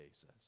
says